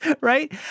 right